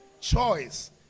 choice